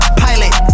pilot